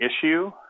issue